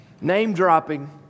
name-dropping